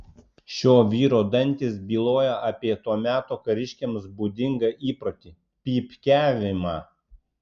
šio vyro dantys byloja apie to meto kariškiams būdingą įprotį pypkiavimą